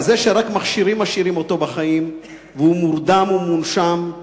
כזה שרק מכשירים משאירים אותו בחיים והוא מורדם ומונשם,